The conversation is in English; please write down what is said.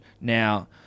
Now